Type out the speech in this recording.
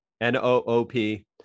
N-O-O-P